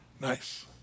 nice